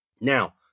Now